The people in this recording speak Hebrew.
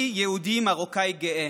אני יהודי מרוקאי גאה.